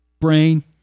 brain